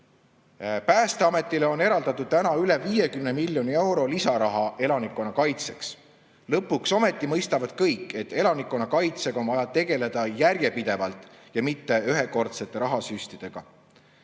Päästeametile on eraldatud üle 50 miljoni euro lisaraha elanikkonnakaitseks. Lõpuks ometi mõistavad kõik, et elanikkonnakaitsega on vaja tegeleda järjepidevalt, mitte ühekordsete rahasüstide